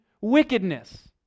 wickedness